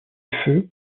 feux